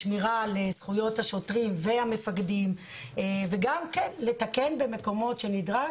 לשמירה על זכויות השוטרים והמפקדים וגם לתקן במקומות שנדרש,